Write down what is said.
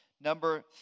Number